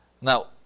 Now